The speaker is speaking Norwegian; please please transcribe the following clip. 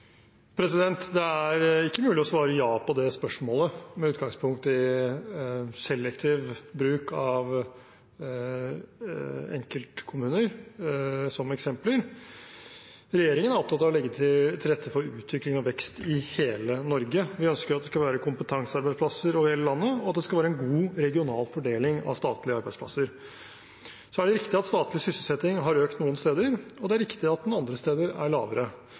Det er ikke mulig å svare ja på det spørsmålet, med utgangspunkt i selektiv bruk av enkeltkommuner som eksempler. Regjeringen er opptatt av å legge til rette for utvikling og vekst i hele Norge. Vi ønsker at det skal være kompetansearbeidsplasser over hele landet, og at det skal være en god regional fordeling av statlige arbeidsplasser. Så er det riktig at statlig sysselsetting har økt noen steder, og det er riktig at den andre steder er lavere.